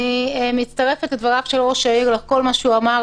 אני מצטרפת לדבריו של ראש העיר, לכל מה שהוא אמר.